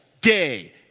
day